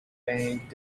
bank